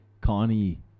Connie